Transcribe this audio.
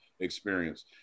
experience